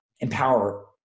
Empower